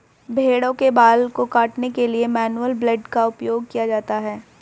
भेड़ों के बाल को काटने के लिए मैनुअल ब्लेड का उपयोग किया जाता है